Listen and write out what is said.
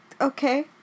Okay